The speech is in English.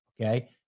okay